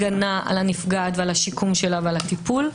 הגנה על הנפגעת ושיקומה ועל הטיפול,